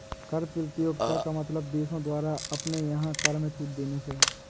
कर प्रतियोगिता का मतलब देशों द्वारा अपने यहाँ कर में छूट देने से है